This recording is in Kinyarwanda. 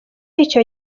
icyo